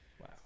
Wow